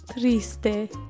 Triste